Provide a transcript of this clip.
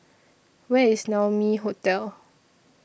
Where IS Naumi Hotel